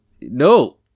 no